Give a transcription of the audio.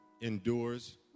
endures